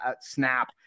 snap